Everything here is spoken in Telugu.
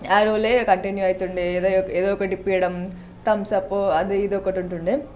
ఆ రూల్ కంటిన్యూ అయితుండే ఏదోక ఏదో ఒకటి ఇపించడం థమ్స అప్ అది ఇది ఏదో ఒకటి ఉంటుండే